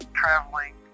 traveling